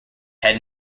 also